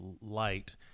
light